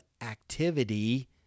activity